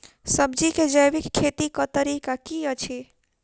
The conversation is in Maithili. सब्जी केँ जैविक खेती कऽ तरीका की अछि?